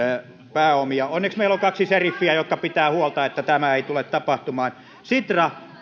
pääomia onneksi meillä on kaksi seriffiä jotka pitävät huolta että tämä ei tule tapahtumaan sitra